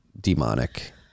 demonic